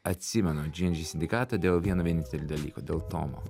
atsimenu džy en džy sindikatą dėl vieno vienintelio dalyko dėl tomo